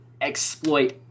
exploit